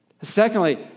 Secondly